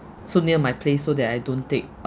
so near my place so that I don't take